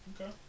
Okay